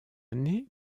année